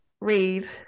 read